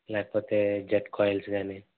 లేకపోతే jet coils గానీ